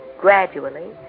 gradually